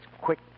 quick